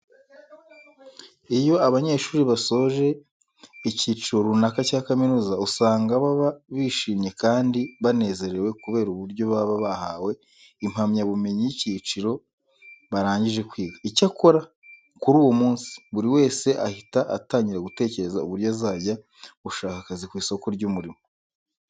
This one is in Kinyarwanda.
Iyo abanyeshuri basoje ikiciro runaka cya kaminuza usanga baba bishimye kandi banezerewe kubera uburyo baba bahawe impamyabumenyi y'icyiciro baragije kwiga. Icyakora kuri uwo munsi buri wese ahita atangira gutekereza uburyo azajya gushaka akazi ku isoko ry'umurimo.